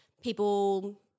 people